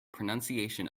pronunciation